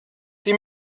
die